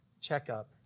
checkup